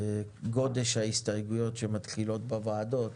גודש ההסתייגויות שמתחילות בוועדות,